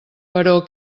però